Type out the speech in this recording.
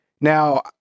Now